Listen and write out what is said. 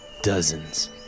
Dozens